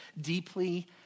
deeply